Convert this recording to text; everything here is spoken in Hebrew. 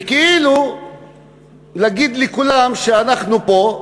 וכאילו להגיד לכולם שאנחנו פה,